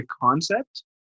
concept